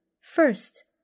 first